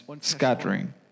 scattering